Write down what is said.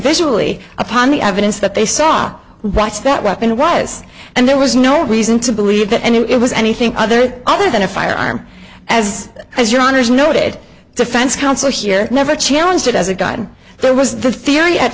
visually upon the evidence that they saw writes that weapon was and there was no reason to believe that and it was anything other other than a firearm as as your honour's noted defense counsel here never challenge it as a guide there was the theory